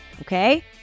Okay